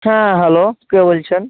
হ্যাঁ হ্যালো কে বলছেন